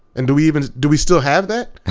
and do we even, do we still have that?